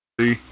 See